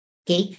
okay